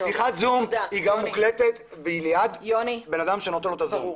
שיחת זום, גם היא מוקלטת והבן אדם צריך לתת זיהוי.